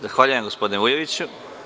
Zahvaljujem, gospodine Vujoviću.